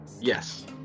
Yes